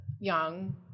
young